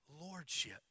lordship